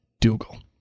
Dougal